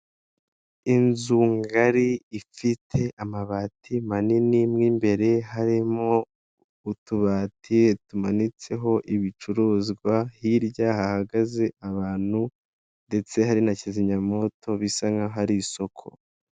Inzu ngari ifite amabati manini mo imbere harimo utubati tumanitseho ibicuruzwa, hirya hahagaze abantu ndetse hari na kizimyamwoto bisa nk'aho ari isoko.